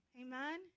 Amen